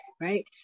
right